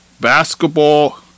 Basketball